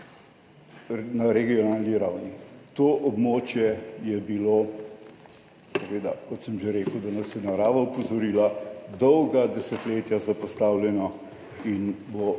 na regionalni ravni. To območje je bilo seveda, kot sem že rekel, da nas je narava opozorila, dolga desetletja zapostavljeno in bo